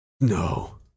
No